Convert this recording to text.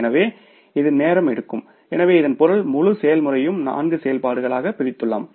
எனவே இது நேரம் எடுக்கும் எனவே இதன் பொருள் முழு செயல்முறையையும் நான்கு செயல்பாடுகளாகப் பிரித்துள்ளோம்